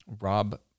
rob